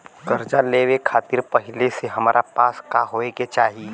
कर्जा लेवे खातिर पहिले से हमरा पास का होए के चाही?